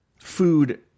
food